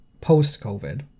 post-COVID